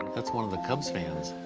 that's one of the cubs' fans.